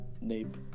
nape